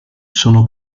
sono